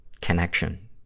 connection